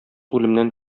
үлемнән